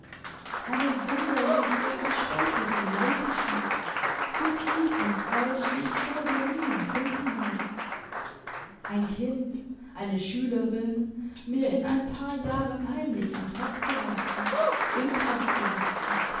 eine wunderliche verspätete leidenschaft so tief und keusch wie ich vordem nie empfunden habe ein kind eine schülerin mir in ein paar jahren heimlich ans herz gewachsen ins herz gewachsen